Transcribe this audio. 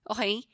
Okay